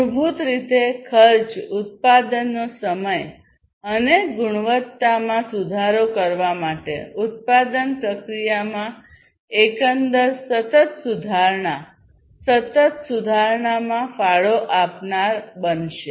મૂળભૂત રીતે ખર્ચ ઉત્પાદનનો સમય અને ગુણવત્તામાં સુધારો કરવા માટે ઉત્પાદન પ્રક્રિયામાં એકંદર સતત સુધારણા સતત સુધારણામાં ફાળો આપનાર બનશે